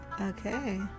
Okay